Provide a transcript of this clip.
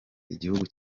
igihugu